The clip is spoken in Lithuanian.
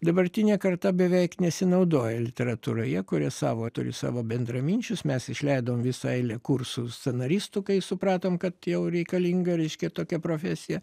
dabartinė karta beveik nesinaudoja literatūra jie kuria savo turi savo bendraminčius mes išleidom visą eilę kursų scenaristų kai supratom kad jau reikalinga reiškia tokia profesija